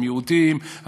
המיעוטים,